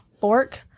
fork